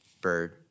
bird